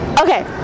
Okay